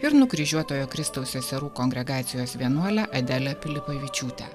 ir nukryžiuotojo kristaus seserų kongregacijos vienuolė adelė pilipavičiūtė